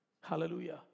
Hallelujah